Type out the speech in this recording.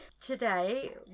Today